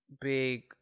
big